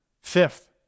Fifth